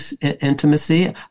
intimacy